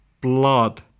blood